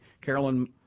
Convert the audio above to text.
Carolyn